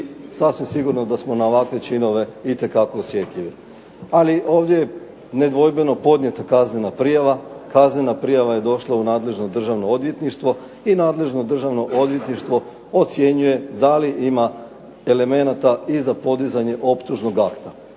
sasvim sigurno da smo na ovakve činove itekako osjetljivi. Ali ovdje je nedvojbeno podnijeta kaznena prijava, kaznena prijava je došla u nadležno državno odvjetništvo i nadležno Državno odvjetništvo ocjenjuje da li ima elemenata i za podizanje optužnog akta.